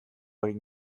egin